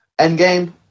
Endgame